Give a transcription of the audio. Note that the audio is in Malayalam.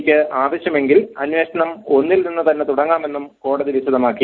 യ്ക്ക് ആവശ്യമെങ്കിൽ അന്വേഷണം ഒന്നിൽ നിന്ന് തന്നെ തുടങ്ങാമെന്നും കോടതി വിശദമാക്കി